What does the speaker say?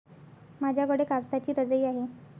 माझ्याकडे कापसाची रजाई आहे